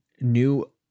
new